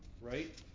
Right